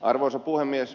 arvoisa puhemies